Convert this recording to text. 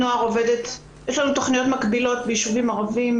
יש לנו לא מעט תכניות מקבילות בישובים ערבים,